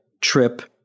trip